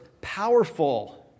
powerful